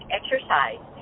exercise